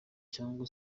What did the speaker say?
cyangwa